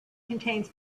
contains